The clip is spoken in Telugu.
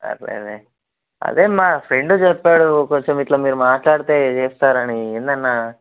అట్ల అదే మా ఫ్రెండ్ చెప్పాడు కొంచెం ఇట్ల మీరు మాట్లాడితే వేస్తారని ఏంది అన్న